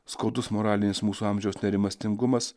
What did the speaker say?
skaudus moralinis mūsų amžiaus nerimastingumas